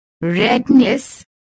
redness